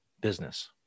business